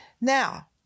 Now